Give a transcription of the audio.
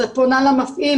את פונה למפעיל,